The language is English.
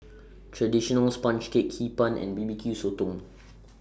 Traditional Sponge Cake Hee Pan and B B Q Sotong